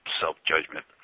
self-judgment